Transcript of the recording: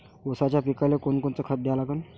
ऊसाच्या पिकाले कोनकोनचं खत द्या लागन?